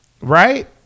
right